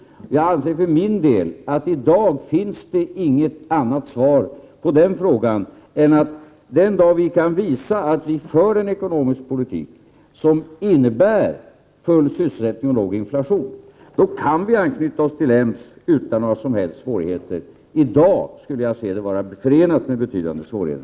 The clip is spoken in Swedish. Jag anser för min del att det i dag inte finns något annat svar i den här frågan än detta: den dag då vi kan visa att vi för en ekonomisk politik som innebär full sysselsättning och låg inflation kan vi anknyta oss till EMS utan några som helst svårigheter. I dag skulle det, enligt min mening, vara förenat med betydande svårigheter.